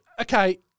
okay